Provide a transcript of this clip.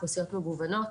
אוכלוסיות מגוונות.